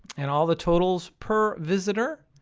and all the totals per visitor,